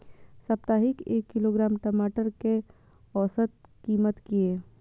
साप्ताहिक एक किलोग्राम टमाटर कै औसत कीमत किए?